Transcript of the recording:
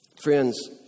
friends